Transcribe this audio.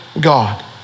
god